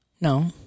No